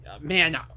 Man